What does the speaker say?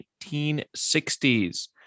1960s